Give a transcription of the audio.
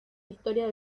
historia